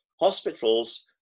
Hospitals